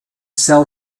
sell